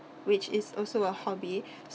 which is also a hobby